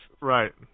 Right